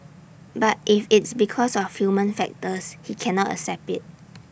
but if it's because of human factors he cannot accept IT